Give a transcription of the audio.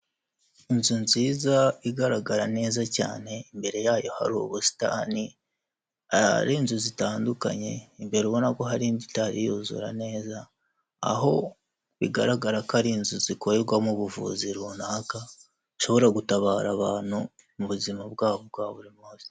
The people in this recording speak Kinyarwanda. Inzu nziza igaragara neza cyane imbere yayo hari ubusitani, hari inzu zitandukanye, imbere ubona ko hari indi itari yuzura neza, aho bigaragara ko ari inzu zikorerwamo ubuvuzi runaka zishobora gutabara abantu mu buzima bwabo bwa buri munsi.